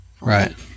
Right